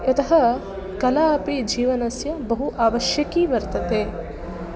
यतः कला अपि जीवनस्य बहु अवश्यकी वर्तते